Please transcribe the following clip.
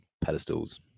pedestals